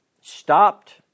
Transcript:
stopped